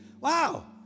Wow